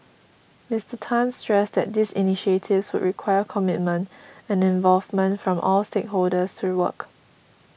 Mister Tan stressed that these initiatives would require commitment and involvement from all stakeholders to work